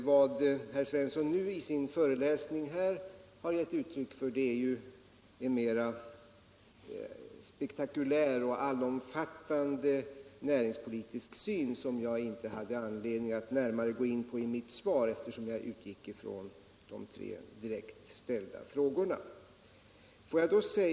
Vad herr Svensson nu i sin föreläsning har gett uttryck för är en mer spektakulär och allomfattande näringspolitiksyn som jag inte hade anledning att närmare gå in på i mitt svar, eftersom jag utgick från de tre direkt ställda frågorna.